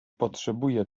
potrzebuję